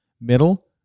middle